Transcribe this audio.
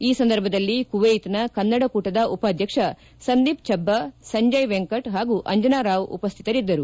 ಈ ಸಂದರ್ಭದಲ್ಲಿ ಕುವೈತ್ನ ಕನ್ನಡ ಕೂಟದ ಉಪಾಧ್ಯಕ್ಷ ಸಂದೀಪ್ ಭಜ್ಯಾ ಸಂಜಯ ವೆಂಕಟ್ ಪಾಗೂ ಅಂಜನ ರಾವ್ ಉಪಸ್ತಿತರಿದ್ದರು